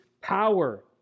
power